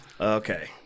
Okay